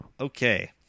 Okay